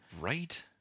right